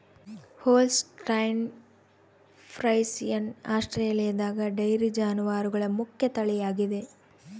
Holstein Friesian ಆಸ್ಟ್ರೇಲಿಯಾದಗ dairy ಜಾನುವಾರುಗಳ ಮುಖ್ಯ ತಳಿಯಾಗಿದೆ